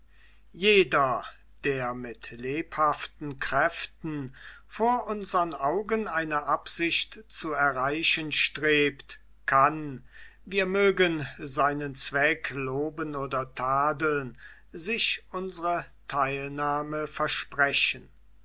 jeder der mit lebhaften kräften vor unsern augen eine absicht zu erreichen strebt kann wir mögen seinen zweck loben oder tadeln sich unsre teilnahme versprechen